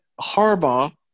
Harbaugh